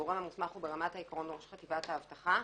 הגורם המוסמך הוא ראש חטיבת האבטחה.